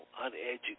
uneducated